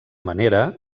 manera